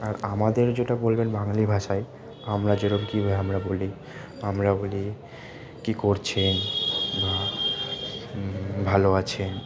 আর আমাদের যেটা বলবেন বাঙালি ভাষায় আমরা যেরম কীভাবে আমরা বলি আমরা বলি কী করছেন বা ভালো আছেন